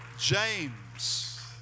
James